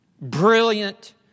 brilliant